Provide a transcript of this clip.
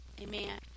Amen